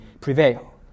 prevail